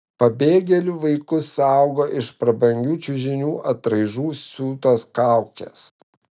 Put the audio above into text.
pabėgėlių vaikus saugo iš prabangių čiužinių atraižų siūtos kaukės